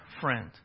friend